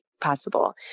possible